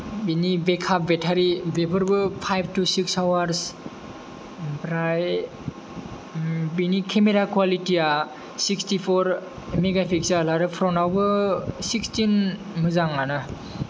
बिनि बेकआप बेटारि बेफोरबो फायब तु सिक्स आवार्स ओमफ्राय बेनि केमेरा कुवालिटि या सिक्सतिफ'र मेगा पिक्सेल आरो फ्रन्त आवबो सिक्स्तिन मोजांआनो